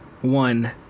one